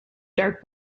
dark